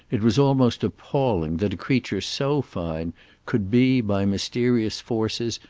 it was almost appalling, that a creature so fine could be, by mysterious forces,